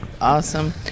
Awesome